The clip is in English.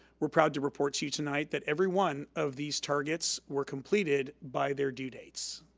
we're proud to report to you tonight that every one of these targets were completed by their due dates.